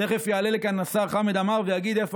תכף יעלה לכאן השר חמד עמאר ויגיד "איפה